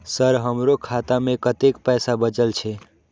Sir हमरो खाता में कतेक पैसा बचल छे?